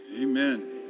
Amen